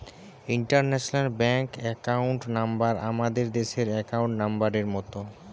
international bank account number আমাদের দেশের account নম্বরের মত